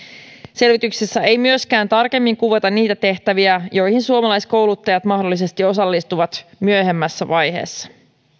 selvityksessä ei myöskään tarkemmin kuvata niitä tehtäviä joihin suomalaiskouluttajat mahdollisesti osallistuvat myöhemmässä vaiheessa